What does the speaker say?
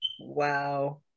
Wow